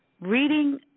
Reading